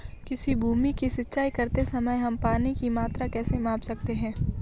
किसी भूमि की सिंचाई करते समय हम पानी की मात्रा कैसे माप सकते हैं?